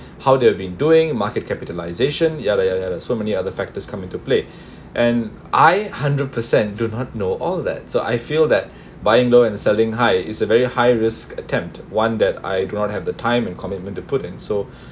how they have been doing market capitalization ya lah ya lah so many other factors come into play and I hundred percent do not know all that so I feel that buying low and selling high is a very high risk attempt one that I do not have the time and commitment to put in so